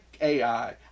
ai